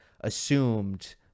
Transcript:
assumed